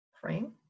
frame